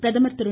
பிரதமர் திரு